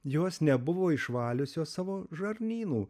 jos nebuvo išvaliusios savo žarnynų